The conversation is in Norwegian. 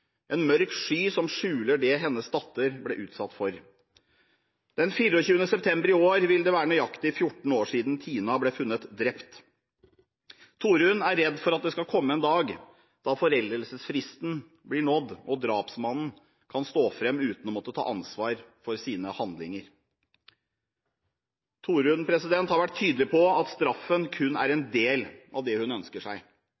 en mørk sky som skjuler det hennes datter ble utsatt for. Den 24. september i år vil det være nøyaktig 14 år siden Tina ble funnet drept. Torunn er redd for at det skal komme en dag da foreldelsesfristen blir nådd og drapsmannen kan stå fram uten å måtte ta ansvar for sine handlinger. Torunn har vært tydelig på at straffen kun er en del av det hun ønsker seg.